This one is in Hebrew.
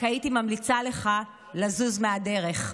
רק הייתי ממליצה לך לזוז מהדרך.